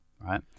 right